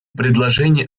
предложений